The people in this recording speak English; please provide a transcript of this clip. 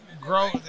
grow